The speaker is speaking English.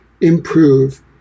improve